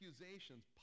accusations